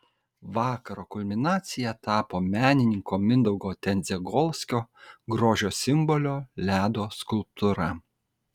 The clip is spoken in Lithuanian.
vakaro kulminacija tapo menininko mindaugo tendziagolskio grožio simbolio ledo skulptūra